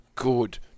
good